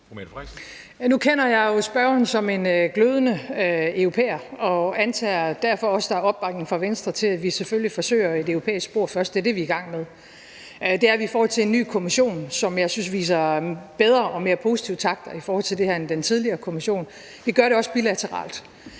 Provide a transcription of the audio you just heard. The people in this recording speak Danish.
Nu kender jeg jo spørgeren som en glødende europæer og antager derfor også, at der er opbakning fra Venstre til, at vi selvfølgelig først forsøger et europæisk spor. Det er det, vi er i gang med. Det er vi i forhold til en ny Kommission, som jeg synes viser bedre og mere positive takter i forhold til det her end den tidligere Kommission. Vi gør det også bilateralt.